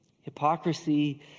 Hypocrisy